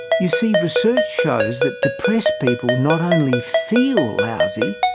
you see research shows that depressed people not only feel lousy,